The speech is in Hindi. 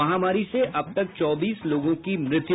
महामारी से अब तक चौबीस लोगों की मृत्यू